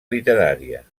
literària